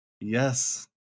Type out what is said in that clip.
Yes